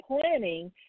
planning